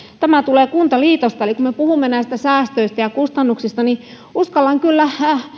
tämä tulee kuntaliitosta kun me puhumme näistä säästöistä ja kustannuksista niin uskallan kyllä